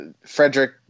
Frederick